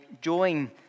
join